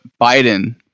Biden